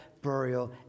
burial